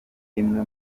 imwe